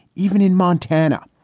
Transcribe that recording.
even in montana,